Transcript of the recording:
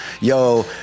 Yo